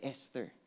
Esther